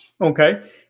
Okay